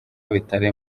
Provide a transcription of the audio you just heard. bitari